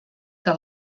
que